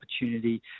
opportunity